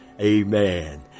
Amen